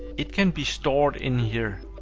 it can be stored in here.